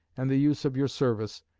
and the use of your service,